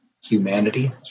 humanity